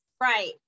Right